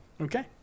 Okay